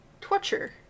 torture